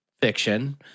Fiction